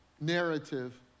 narrative